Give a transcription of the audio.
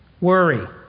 Worry